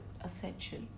essential